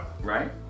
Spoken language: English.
Right